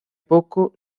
poco